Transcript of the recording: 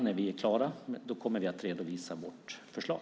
När vi är klara kommer vi att redovisa vårt förslag.